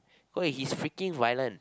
!oi! he's freaking violent